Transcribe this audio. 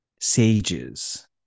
sages